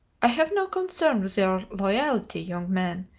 i have no concern with your loyalty, young man,